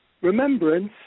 remembrance